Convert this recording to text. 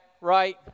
right